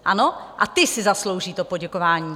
Ano, a ti si zaslouží to poděkování.